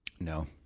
No